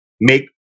make